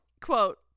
Quote